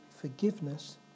forgiveness